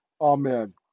Amen